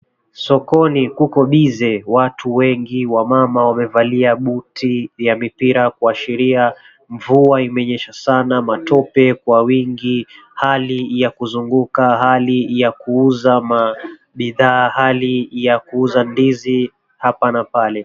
Sokoni kuko bize, watu wengi, wamama wamevalia buti ya mipira kuashiria mvua inanyesha sana matope kwa wingi hali ya kuzunguka , hali ya kuuza bidhaa, hali ya kuuza ndizi hapa na pale.